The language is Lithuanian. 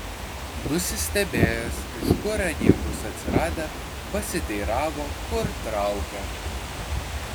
nusistebėjęs iš kur anie bus atsiradę pasiteiravo kur traukia